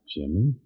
Jimmy